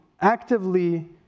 actively